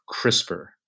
CRISPR